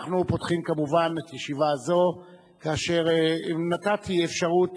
אנחנו פותחים כמובן את ישיבה זו כאשר נתתי אפשרות